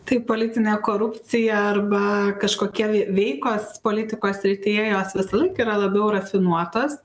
tai politinė korupciją arba kažkokie vei veikos politikos srityje jos visąlaik yra labiau rafinuotos